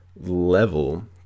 level